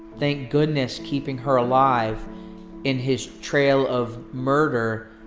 thank goodness, keeping her alive in his trail of murder.